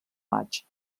maig